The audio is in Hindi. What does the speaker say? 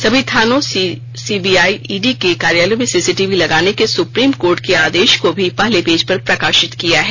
सभी थानों सीबीआई ईडी के कार्यालयों में सीसीटीवी लगाने के सुप्रीम कोर्ट के आदेश को भी पहले पेज पर प्रकशित किया है